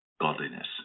godliness